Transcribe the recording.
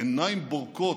בעיניים בורקות,